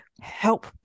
help